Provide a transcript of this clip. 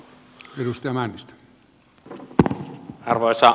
arvoisa puhemies